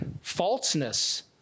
falseness